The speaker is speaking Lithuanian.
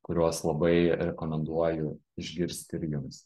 kuriuos labai rekomenduoju išgirsti ir jums